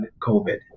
COVID